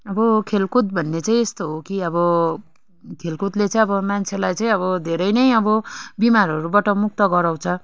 अब खेलकुद भन्ने चाहिँ यस्तो हो कि अब खेलकुदले चाहिँ अब मान्छेलाई चाहिँ अब धेरै नै अब बिमारहरूबाट मुक्त गराउँछ